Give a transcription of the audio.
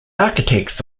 architects